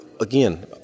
again